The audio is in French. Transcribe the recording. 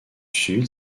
sud